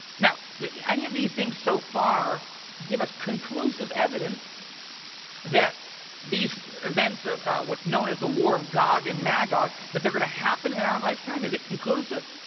now, do yeah any of these things so far give us conclusive evidence that these events ah what known as the war of gog and magog that they're gonna happen in our lifetime, is it conclusive?